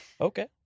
Okay